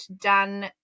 done